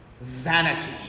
Vanity